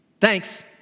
Thanks